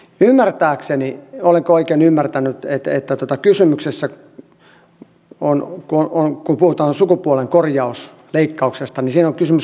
ymmärtääkseni olenko oikein ymmärtänyt kun puhutaan sukupuolenkorjausleikkauksesta niin siinä on kysymys korjauksesta